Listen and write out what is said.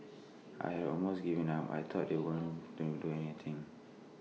I had almost given up I thought they weren't do to do anything